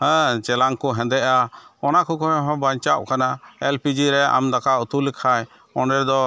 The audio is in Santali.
ᱦᱮᱸ ᱪᱮᱞᱟᱝ ᱠᱚ ᱦᱮᱸᱫᱮᱜᱼᱟ ᱚᱱᱟ ᱠᱚ ᱠᱷᱚᱡ ᱦᱚᱸ ᱵᱟᱧᱪᱟᱣᱚᱜ ᱠᱟᱱᱟ ᱮᱞ ᱯᱤ ᱡᱤ ᱨᱮ ᱟᱢ ᱫᱟᱠᱟ ᱩᱛᱩ ᱞᱮᱠᱷᱟᱡ ᱚᱸᱰᱮ ᱫᱚ